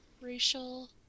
racial